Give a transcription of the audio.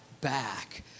back